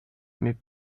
mais